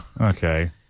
Okay